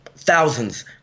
thousands